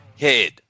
head